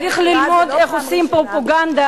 צריך ללמוד איך עושים פרופגנדה,